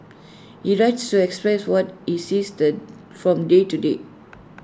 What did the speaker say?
he writes to express what he sees the from day to day